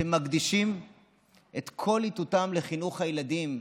שמקדישים את כל עיתותיהם לחינוך הילדים,